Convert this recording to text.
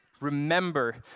Remember